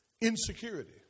insecurity